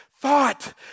thought